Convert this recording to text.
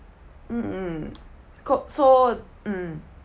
mmhmm co~ so mm